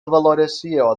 valoració